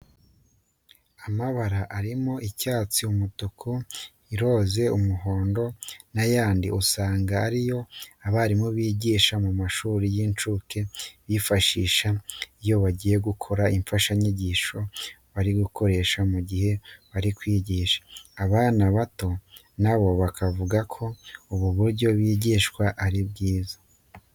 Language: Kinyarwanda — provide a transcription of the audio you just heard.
Amabara arimo icyatsi, umutuku, iroze, umuhondo n'ayandi usanga ari yo abarimu bigisha mu mashuri y'incuke bifashisha iyo bagiye gukora imfashanyigisho bari bukoreshe mu gihe bari kwigisha. Abana bato na bo bavuga ko ubu buryo bigishwamo ari bwiza.